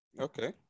Okay